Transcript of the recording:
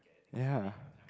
ya